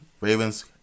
Ravens